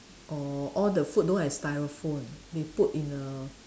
or all the food don't have styrofoam they put in a